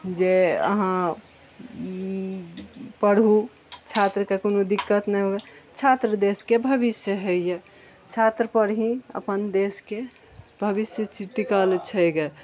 जे अहाँ पढ़ू छात्रके कोनो दिक्कत नहि होइ छात्र देशके भबिष्य होइया छात्र पर ही अपन देशके भबिष्य टिकल छै गए